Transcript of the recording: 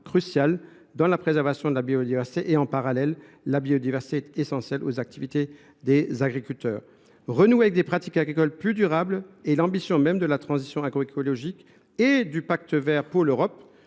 crucial dans la préservation de la biodiversité, tout comme, en parallèle, la biodiversité est essentielle aux activités des agriculteurs. Renouer avec des pratiques plus durables est l’ambition même de la transition agroécologique et du Pacte vert européen,